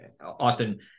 Austin